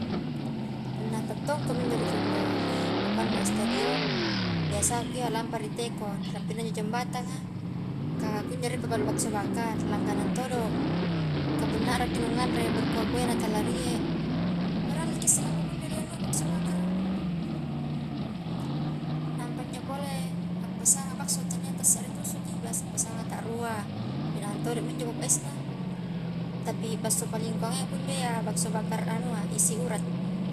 Punna ta tongkomi injo ri kunjo ri bokoangna stadion, biasaku iya lampa a ri teko di rampina injo jembatanga kah kunjo rie pabalu bakso bakar langganang todo, kah punna arrakki nu nganre berkuah-kuah iya nah tala rie beralliki isselampa kunjo di anua di bakso bakar a, nampa injo pole appesanga bakso tania ta sere tusukji biasa appesanga ta rua, minahang todomi injo pop icena, tapi basso paling kungaia kunjo iya bakso bakar anua isi urat.